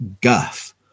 guff